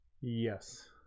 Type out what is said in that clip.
yes